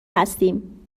هستیم